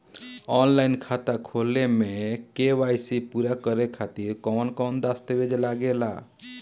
Online खाता खोले में के.वाइ.सी पूरा करे खातिर कवन कवन दस्तावेज लागे ला?